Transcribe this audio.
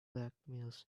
blackmails